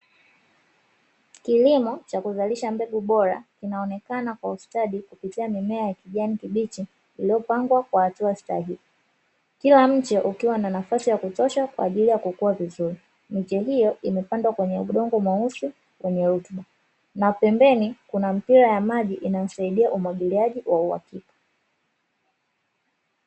Kilimo cha kuzalisha mbegu bora, kinaonekana kwa ustadi kupitia mimea ya kijani kibichi iliyopangwa kwa hatua stahiki, kila mche ukiwa na nafasi ya kutosha kwa ajili ya kukua vizuri. Miche hiyo imepandwa kwenye udongo mweusi wenye rutuba na pembeni kuna mipira ya maji inayosaidia umwagiliaji wa uhakika.